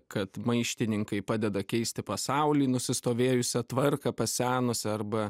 kad maištininkai padeda keisti pasauly nusistovėjusią tvarką pasenusią arba